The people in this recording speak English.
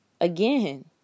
Again